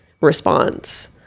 response